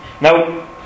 now